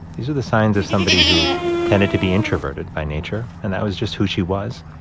these were the signs of somebody who tended to be introverted by nature, and that was just who she was.